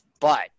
but-